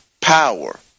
power